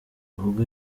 ubwo